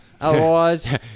Otherwise